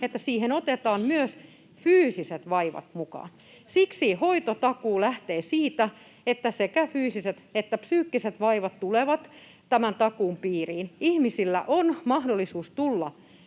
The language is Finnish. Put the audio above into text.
että siihen otetaan myös fyysiset vaivat mukaan. [Paula Risikon välihuuto] Siksi hoitotakuu lähtee siitä, että sekä fyysiset että psyykkiset vaivat tulevat tämän takuun piiriin. Ihmisillä on ensinnäkin mahdollisuus tulla